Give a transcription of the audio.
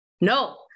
No